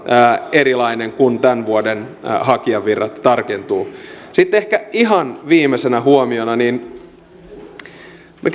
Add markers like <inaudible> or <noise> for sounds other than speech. erilainen kun tämän vuoden hakijavirrat tarkentuvat sitten ehkä ihan viimeisenä huomiona me <unintelligible>